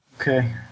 okay